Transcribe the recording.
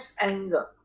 anger